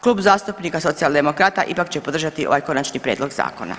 Klub zastupnika Socijaldemokrata ipak će podržati ovaj Konačni prijedlog zakona.